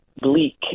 bleak